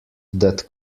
that